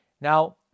Now